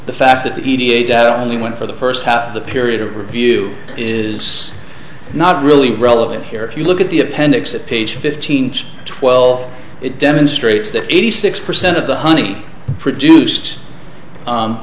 the fact that the only went for the first half of the period of review is not really relevant here if you look at the appendix at page fifteen twelve it demonstrates that eighty six percent of the honey produced